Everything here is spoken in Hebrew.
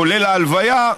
כולל ההלוויה,